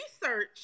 research